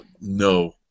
no